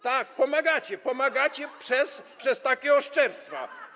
Tak, pomagacie, pomagacie przez takie oszczerstwa.